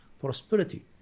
prosperity